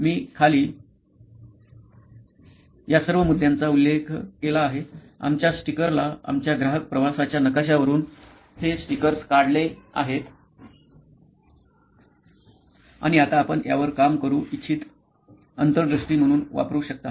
म्हणून मी खाली या सर्व मुद्द्यांचा उल्लेख केला आहे आमच्या स्टिकरला आमच्या ग्राहक प्रवासाच्या नकाशावरून हे स्टिकर्स काढले आहेत आणि आता आपण यावर काम करू इच्छित अंतर्दृष्टी म्हणून वापरू शकता